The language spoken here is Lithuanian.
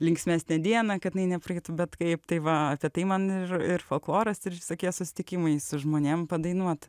linksmesnę dieną kad jinai nepraeitų bet kaip tai va tatai man ir ir folkloras ir visokie susitikimai su žmonėm padainuot